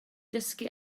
dysgu